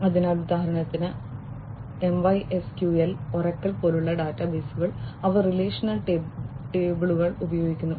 അതിനാൽ ഉദാഹരണത്തിന് MySQL Oracle പോലുള്ള ഡാറ്റാബേസുകൾ അവർ റിലേഷണൽ ടേബിളുകൾ ഉപയോഗിക്കുന്നു